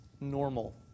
normal